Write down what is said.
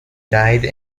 died